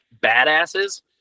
badasses